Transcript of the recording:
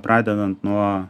pradedant nuo